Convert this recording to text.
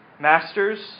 Masters